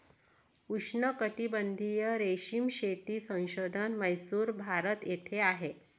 उष्णकटिबंधीय रेशीम शेती संशोधन म्हैसूर, भारत येथे आहे